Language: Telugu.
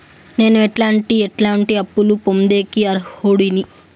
నేను ఎట్లాంటి ఎట్లాంటి అప్పులు పొందేకి అర్హుడిని?